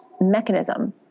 mechanism